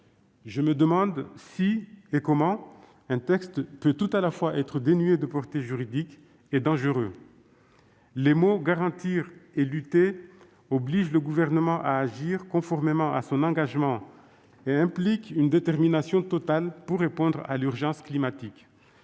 serait dangereuse. Comment un texte peut-il tout à la fois être dénué de portée juridique et dangereux ? Les verbes « garantir » et « lutter » obligent le Gouvernement à agir conformément à son engagement et impliquent une détermination totale pour répondre à l'urgence climatique.